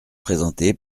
présenté